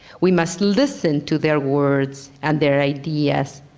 we must listen to their words and their ideas,